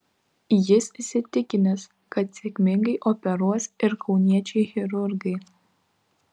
jis įsitikinęs kad sėkmingai operuos ir kauniečiai chirurgai